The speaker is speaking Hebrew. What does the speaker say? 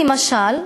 למשל,